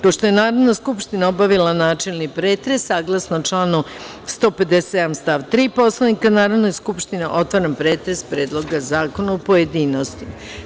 Pošto je Narodna skupština obavila načelni pretres, saglasno članu 157. stav 3. Poslovnika Narodne skupštine, otvaram pretres Predloga zakona, u pojedinostima.